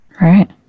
Right